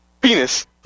penis